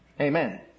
Amen